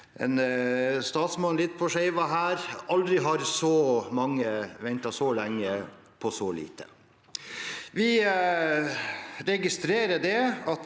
en statsmann litt på skeive her: Aldri har så mange ventet så lenge på så lite. Vi registrerer at